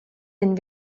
den